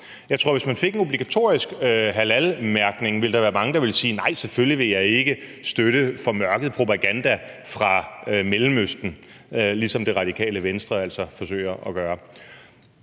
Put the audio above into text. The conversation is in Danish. Jeg tror, at hvis man fik obligatorisk halalmærkning, ville der være mange, der ville sige: Nej, selvfølgelig vil jeg ikke støtte formørket propaganda fra Mellemøsten, ligesom Det Radikale Venstre altså forsøger at gøre.